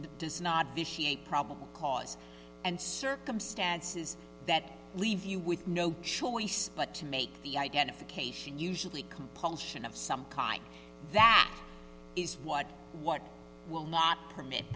does not vitiate problem cause and circumstances that leave you with no choice but to make the identification usually compulsion of some kind that is what what will not permit